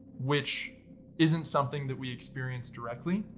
which isn't something that we experienced directly,